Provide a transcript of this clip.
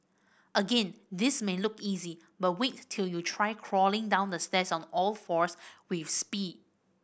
again this may look easy but wait till you try crawling down the stairs on all fours with speed